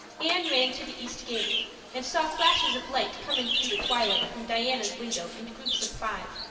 anne ran to the east gable and saw flashes of light coming through the twilight from diana's window in groups of five,